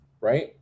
right